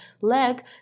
leg